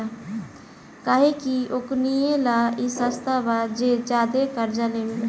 काहे कि ओकनीये ला ई सस्ता बा जे ज्यादे कर्जा लेवेला